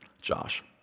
Josh